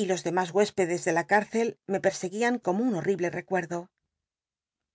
y los dernüs huéspedes ele la c irccl me perseguían como un horriblc recuerdo